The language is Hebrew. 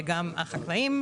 וגם החקלאים,